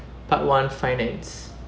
part one finance